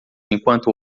enquanto